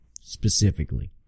Specifically